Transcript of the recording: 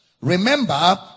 Remember